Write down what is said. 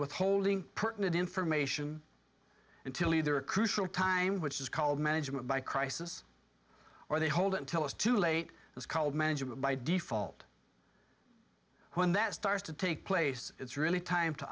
withholding pertinent information until either a crucial time which is called management by crisis or they hold until it's too late it's called management by default when that starts to take place it's really time to